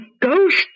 ghost